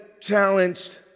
challenged